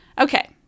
Okay